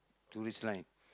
tourist line